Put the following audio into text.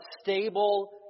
stable